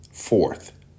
Fourth